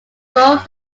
both